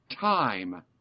time